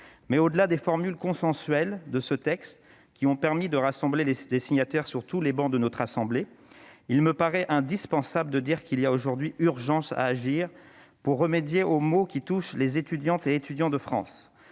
Au-delà des formules consensuelles de ce texte, qui ont permis de rassembler des signatures émanant de toutes les travées de notre assemblée, il me paraît indispensable de dire qu'il y a aujourd'hui urgence à agir pour remédier aux maux qui touchent les étudiants de France